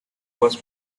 was